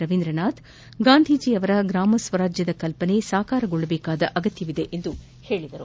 ರವೀಂದ್ರನಾಥ್ ಗಾಂಧಿಯವರ ಗ್ರಾಮ ಸ್ವರಾಜ್ವದ ಕಲ್ಲನೆ ಸಾಕಾರಗೊಳ್ಳಬೇಕಾದ ಅಗತ್ಯವಿದೆ ಎಂದು ಹೇಳಿದ್ದಾರೆ